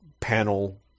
panel